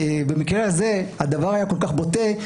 במקרה הזה הדבר היה כל כך בוטה,